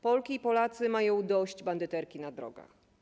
Polki i Polacy mają dość bandyterki na drogach.